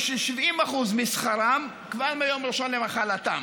של 70% משכרם כבר ביום הראשון למחלתם.